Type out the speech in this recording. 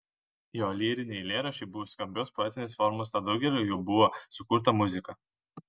jo lyriniai eilėraščiai buvo skambios poetinės formos tad daugeliui jų buvo sukurta muzika